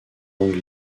langue